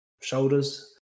shoulders